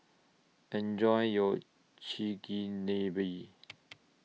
Enjoy YOU Chigenabe